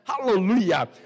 Hallelujah